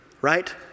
right